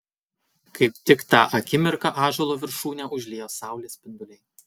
kaip tik tą akimirką ąžuolo viršūnę užliejo saulės spinduliai